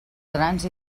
grans